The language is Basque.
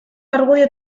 argudio